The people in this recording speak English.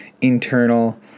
internal